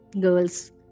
girls